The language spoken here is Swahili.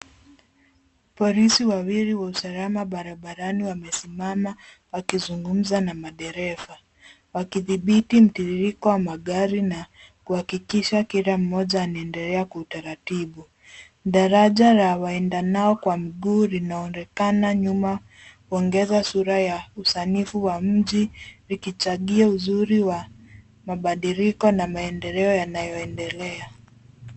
Polisi wawili wa usama wamesimama barabarani wakizungumza na madereva mtiririko wa magari na kuhakikisha kila mmoja anaendeleakwa utaratibu. Daraja la waendanao kwa mguu linaonekana nyuma kuongeza sura ya usanifu wa mji likichangia uzuri wa mabadiliko na maendeleo yanayoendelea.